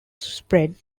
spread